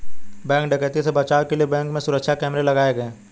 bank डकैती से बचाव के लिए बैंकों में सुरक्षा कैमरे लगाये गये